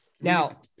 now